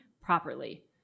properly